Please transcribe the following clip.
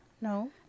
No